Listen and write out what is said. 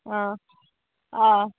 آ آ